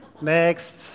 Next